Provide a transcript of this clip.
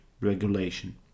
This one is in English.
regulation